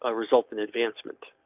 ah result in advancement.